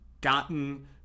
gotten